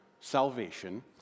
Salvation